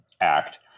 act